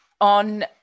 on